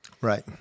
Right